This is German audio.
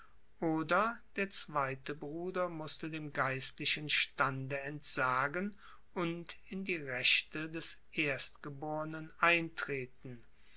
oder der zweite bruder mußte dem geistlichen stande entsagen und in die rechte des erstgebornen eintreten